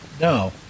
no